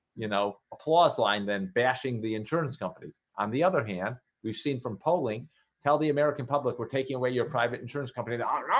you know applause line than bashing the insurance companies on the other hand we've seen from polling tell the american public we're taking away your private insurance company to honor